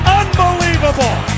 unbelievable